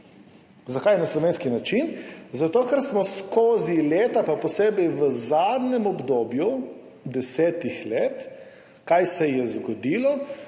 Zakaj na slovenski način? Zato ker se je skozi leta, pa posebej v zadnjem obdobju 10 let – kaj se je zgodilo?